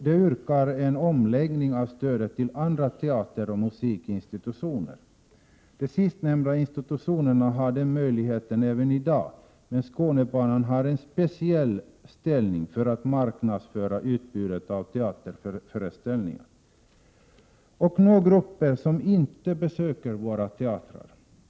De yrkar på en omläggning av stödet till andra teateroch musikinstitutioner. De sistnämnda institutionerna har möjlighet att få stöd även i dag, men Skådebanan har en speciell ställning när det gäller att marknadsföra utbudet av teaterföreställningar och nå grupper som inte besöker våra teatrar.